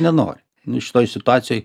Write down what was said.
nenori nes šitoj situacijoj